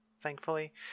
thankfully